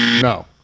no